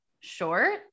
short